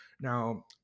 now